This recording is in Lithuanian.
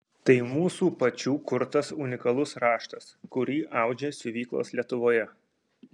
tai mūsų pačių kurtas unikalus raštas kurį audžia siuvyklos lietuvoje